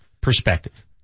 perspective